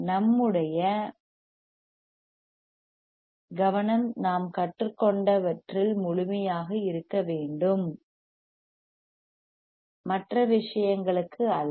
நம்முடைய கவனம் நாம் கற்றுக்கொண்டவற்றில் முழுமையாக இருக்க வேண்டும் மற்ற விஷயங்களுக்கு அல்ல